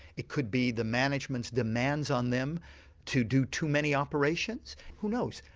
it could be the management's demands on them to do too many operations who knows.